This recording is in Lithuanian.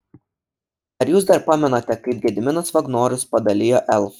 ar jūs dar pamenate kaip gediminas vagnorius padalijo elfą